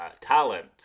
talent